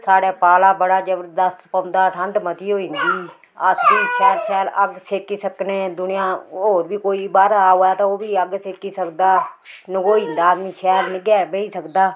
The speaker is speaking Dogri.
साढ़ै पाला बड़ा जबरदस्त पौंदा ठंड मती होईं जंदी अस फ्ही शैल शैल अग्ग सेकी सकने दुनियां होर बी कोई बाह्रा आवै तां ओह बी अग्ग सेकी सकदा नगोई जंदा आदमी शैल निग्गै बेही सकदा